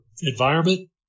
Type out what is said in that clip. environment